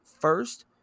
first